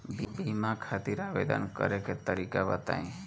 बीमा खातिर आवेदन करे के तरीका बताई?